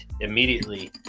immediately